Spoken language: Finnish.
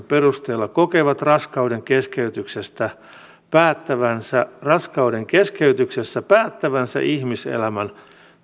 perusteella kokevat raskaudenkeskeytyksessä päättävänsä raskaudenkeskeytyksessä päättävänsä ihmiselämän